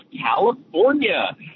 California